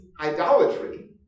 idolatry